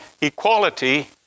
equality